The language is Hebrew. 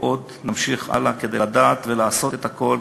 ועוד נמשיך הלאה כדי לדעת ולעשות את הכול